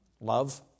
Love